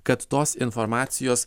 kad tos informacijos